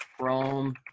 Chrome